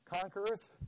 Conquerors